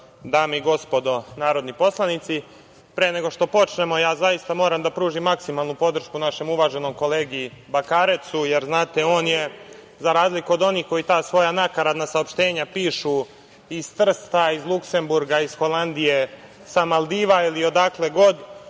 dame i gospodo narodni poslanici, pre nego što počnemo zaista moram da pružim maksimalnu podršku našem uvaženom kolegi Bakarecu, jer znate on je za razliku od onih koji ta svoja nakaradna saopštenja pišu iz Trsta, iz Luksemburga, iz Holandije, sa Maldiva ili odakle god,